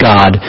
God